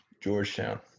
Georgetown